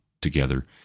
together